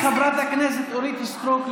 חברת הכנסת אורית סטרוק,